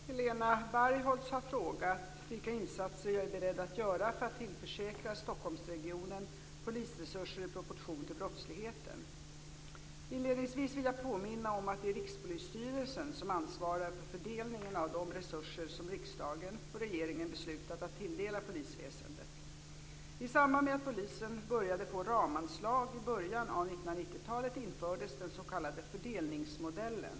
Fru talman! Helena Bargholtz har frågat vilka insatser jag är beredd att göra för att tillförsäkra Stockholmsregionen polisresurser i proportion till brottsligheten. Inledningsvis vill jag påminna om att det är Rikspolisstyrelsen som ansvarar för fördelningen av de resurser som riksdagen och regeringen beslutat att tilldela polisväsendet. I samband med att polisen började få ramanslag i början av 1990-talet infördes den s.k. fördelningsmodellen.